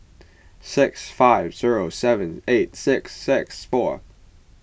six five zero seven eight six six four